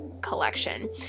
collection